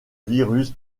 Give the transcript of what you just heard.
virus